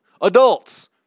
adults